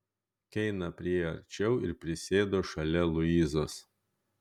keina priėjo arčiau ir prisėdo šalia luizos